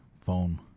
phone